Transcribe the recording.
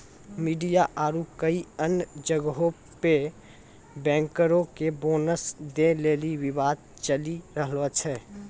media आरु कई अन्य जगहो पे बैंकरो के बोनस दै लेली विवाद चलि रहलो छै